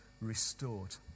restored